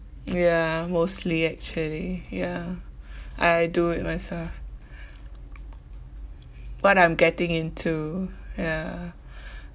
ya mostly actually ya I do it myself what I'm getting into ya